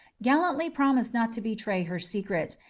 gallantly promised not to betray her secret,